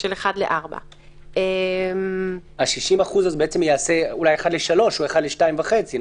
של 4:1. 60% ייעשה אולי 3:1 או 2.5:1,